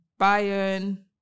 Bayern